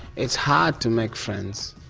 it's hard to make friends,